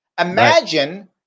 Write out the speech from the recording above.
Imagine